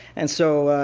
and so,